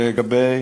לגבי